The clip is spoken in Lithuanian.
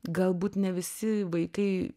galbūt ne visi vaikai